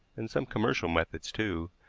and some commercial methods, too,